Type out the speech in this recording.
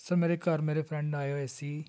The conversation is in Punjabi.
ਸਰ ਮੇਰੇ ਘਰ ਮੇਰੇ ਫਰੈਂਡ ਆਏ ਹੋਏ ਸੀ